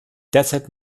derzeit